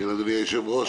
אדוני היושב-ראש,